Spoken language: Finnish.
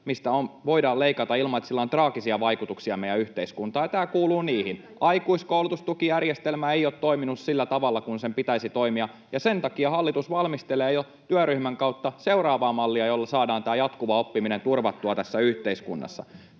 mistä voidaan leikata ilman, että sillä on traagisia vaikutuksia meidän yhteiskuntaan, ja tämä kuuluu niihin. [Veronika Honkasalon välihuuto] Aikuiskoulutustukijärjestelmä ei ole toiminut sillä tavalla kuin sen pitäisi toimia, ja sen takia hallitus valmistelee jo työryhmän kautta seuraavaa mallia, jolla saadaan tämä jatkuva oppiminen turvattua tässä yhteiskunnassa.